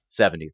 70s